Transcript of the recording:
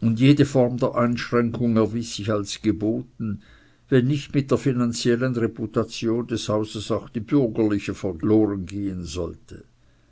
und jede form der einschränkung erwies sich als geboten wenn nicht mit der finanziellen reputation des großen hauses auch die bürgerliche verloren gehen sollte